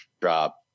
drop